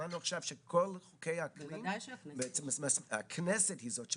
שמענו עכשיו שבכל חוקי האקלים הכנסת היא זאת שמחליטה,